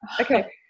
Okay